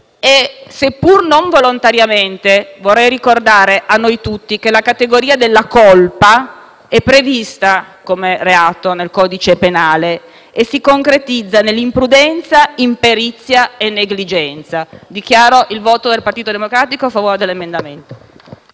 Governo del cambiamento. E vorrei ricordare a noi tutti che la categoria della colpa è prevista come reato nel codice penale e si concretizza nell'imprudenza, imperizia e negligenza. Dichiaro il voto del Partito Democratico a favore dell'emendamento